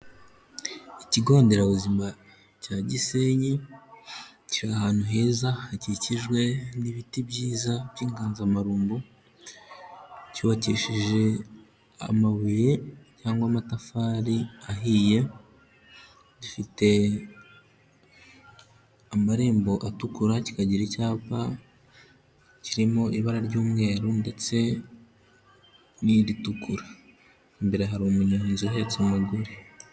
Ikigo nderabuzima cya Gisenyi kiri ahantu heza hakikijwe n'ibiti byiza by'inganzamarumbu, cyubakisheje amabuye cyangwa amatafari ahiye, gifite amarembo atukura kikagira icyapa kirimo ibara ry'umweru ndetse n'iritukura, imbere hari umunyonzi uhetse umugore.